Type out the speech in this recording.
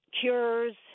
cures